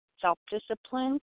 self-discipline